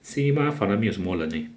saybah 反而没有什么人 leh